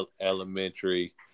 elementary